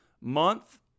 month